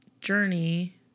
journey